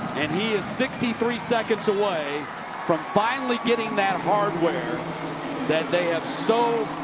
and he is sixty three seconds away from finally getting that hardware that they have so